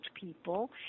people